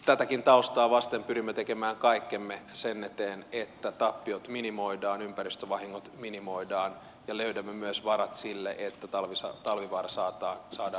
tätäkin taustaa vasten pyrimme tekemään kaikkemme sen eteen että tappiot minimoidaan ympäristövahingot minimoidaan ja löydämme myös varat sille että talvivaara saadaan uudestaan liikkeelle